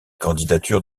candidatures